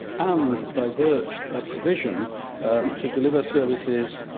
and divert provision to deliver services,